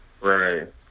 Right